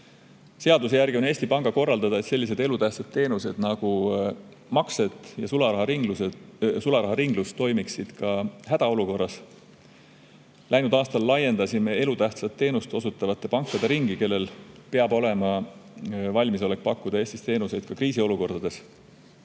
Seaduse järgi on Eesti Panga korraldada, et sellised elutähtsad teenused nagu maksed ja sularaharinglus toimiksid ka hädaolukorras. Läinud aastal laiendasime elutähtsat teenust osutavate pankade ringi, kellel peab olema valmisolek pakkuda Eestis teenuseid ka kriisiolukordades.